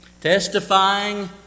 testifying